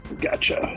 Gotcha